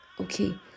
okay